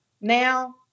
now